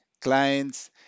clients